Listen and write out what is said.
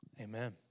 amen